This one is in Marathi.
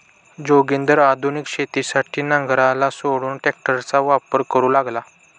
जोगिंदर आधुनिक शेतीसाठी नांगराला सोडून ट्रॅक्टरचा वापर करू लागला